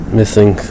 missing